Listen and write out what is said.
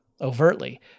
overtly